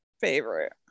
favorite